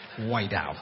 Whiteout